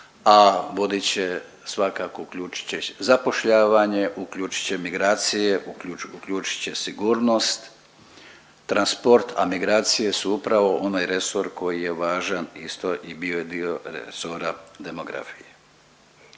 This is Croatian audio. a budući svakako uključit će zapošljavanje, uključit će migracije, uključit će sigurnost, transport, a migracije su upravo onaj resor koji je važan i bio je dio resora demografije.